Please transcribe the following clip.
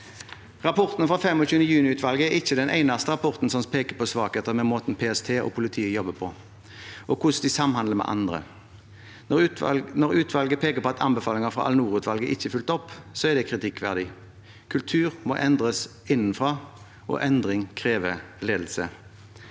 Rapporten fra 25. juni-utvalget er ikke den eneste rapporten som peker på svakheter i måten PST og politiet jobber på, og hvordan de samhandler med andre. Når utvalget peker på at anbefalinger fra Al-Noor-utvalget ikke er fulgt opp, er det kritikkverdig. Kultur må endres innenfra, og endring krever ledelse.